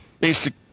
basic